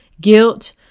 guilt